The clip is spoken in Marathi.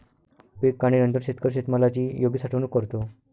पीक काढणीनंतर शेतकरी शेतमालाची योग्य साठवणूक करतो